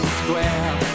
square